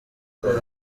uri